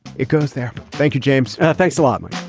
it goes there. thank you james. thanks a lot